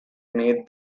made